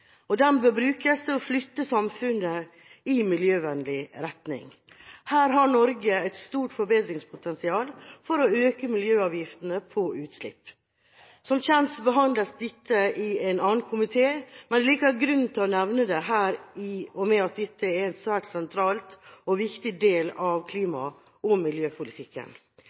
holdninger. Den bør brukes til å flytte samfunnet i miljøvennlig retning. Her har Norge et stort forbedringspotensial for å øke miljøavgiftene på utslipp. Som kjent behandles dette i en annen komité, men det er likevel grunn til å nevne det her, i og med at dette er en svært sentral og viktig del av klima- og miljøpolitikken.